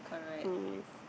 yes